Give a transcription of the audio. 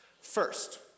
First